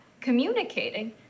communicating